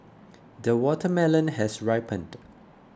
the watermelon has ripened